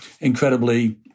incredibly